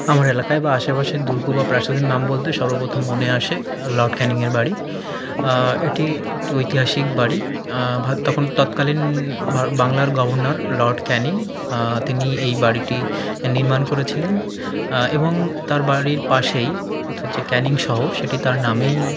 আমার এলাকায় বা আশেপাশের দুর্গ বা প্রাসাদের নাম বলতে সর্বপ্রথম মনে আসে লর্ড ক্যানিংয়ের বাড়ি এটি একটি ঐতিহাসিক বাড়ি ভা তখন তৎকালীন বাংলার গভর্নর লর্ড ক্যানিং তিনি এই বাড়িটি নির্মাণ করেছিলেন এবং তার বাড়ির পাশেই অর্থাৎ যে ক্যানিং শহর সেটা তার নামেই